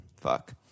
fuck